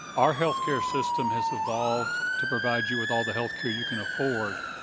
our health care system has evolved to provide you with all the health care you can afford,